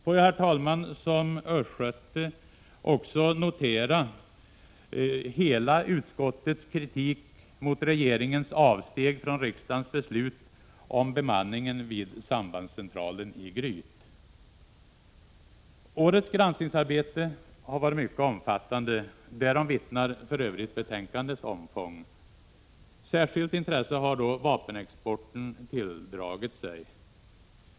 Får jag, herr talman, som östgöte också notera hela utskottets kritik mot regeringens avsteg från riksdagens beslut om bemanningen vid sambandscentralen i Gryt. Årets granskningsarbete har varit mycket omfattande. Därom vittnar för övrigt betänkandets omfång. Särskilt intresse har vapenexporten tilldragit sig.